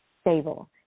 stable